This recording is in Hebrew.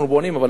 אבל הוא משלם,